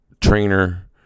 trainer